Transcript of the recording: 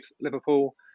Liverpool